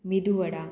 मिदुवडा